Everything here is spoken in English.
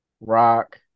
Rock